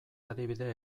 adibide